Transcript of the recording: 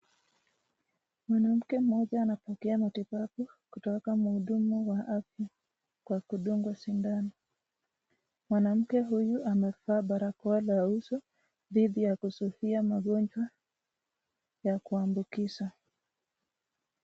Mwanamke mmoja anapokea matibabu kutoka kwa mhudumu wa afya kwa kudungwa sindano, mwanamke huyu amevaa barakoa la uso dhidi ya kuzuia magonjwa ya kuambukiza.